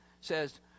says